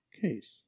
case